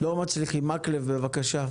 לא מצליחים, מקלב, בבקשה.